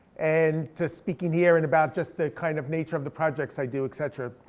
and to speaking here, and about just the kind of nature of the projects i do, et cetera.